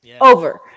over